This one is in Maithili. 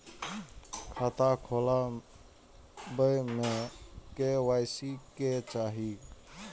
खाता खोला बे में के.वाई.सी के चाहि?